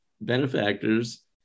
benefactors